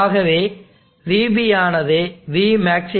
ஆகவே vB ஆனது vmax